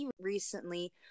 recently